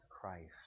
Christ